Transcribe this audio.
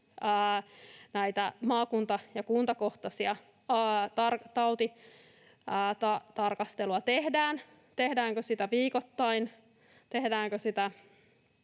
maakunta‑ ja kuntakohtaista tautitarkastelua tehdään, tehdäänkö sitä viikoittain,